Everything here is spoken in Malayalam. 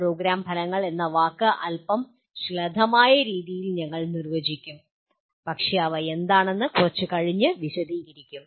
പ്രോഗ്രാം ഫലങ്ങൾ എന്ന വാക്ക് അല്പം ശ്ലഥമായ രീതിയിൽ ഞങ്ങൾ നിർവചിക്കും പക്ഷേ അവ എന്താണെന്ന് കുറച്ച് കഴിഞ്ഞ് വിശദീകരിക്കും